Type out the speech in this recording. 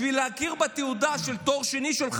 היום לוקח שמונה חודשים להכיר בתעודה של תואר שני.